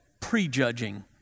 prejudging